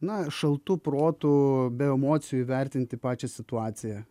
na šaltu protu be emocijų įvertinti pačią situaciją